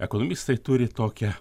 ekonomistai turi tokią